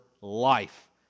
life